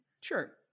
Sure